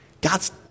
God's